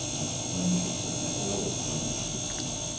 i could throw in a picture of their auras for an extra sixpence.